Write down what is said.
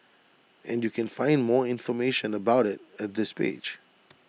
and you can find more information about IT at this page